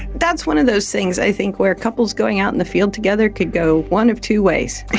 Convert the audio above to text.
that's one of those things i think where couples going out in the field together could go one of two ways,